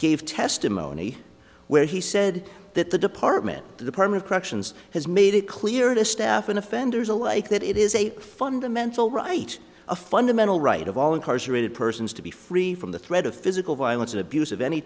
gave testimony where he said that the department the department of corrections has made it clear to staff and offenders alike that it is a fundamental right a fundamental right of all incarcerated persons to be free from the threat of physical violence or abus